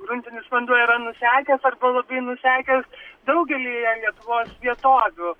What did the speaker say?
gruntinis vanduo yra nusekęs arba labai nusekęs daugelyje lietuvos vietovių